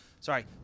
sorry